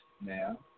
now